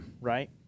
Right